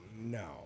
no